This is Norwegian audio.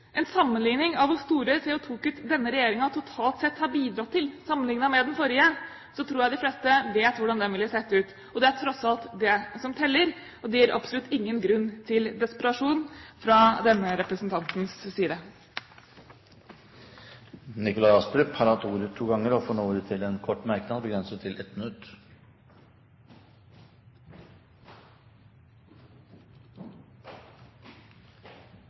en sammenligning av hvor store CO2-kutt denne regjeringen totalt sett har bidratt til, med det den forrige bidro med, tror jeg de fleste vet hvordan den ville sett ut. Det er tross alt det som teller, og det gir absolutt ingen grunn til desperasjon fra denne representantens side. Nikolai Astrup har hatt ordet to ganger og får nå ordet til en kort merknad, begrenset til 1 minutt.